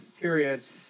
periods